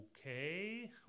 okay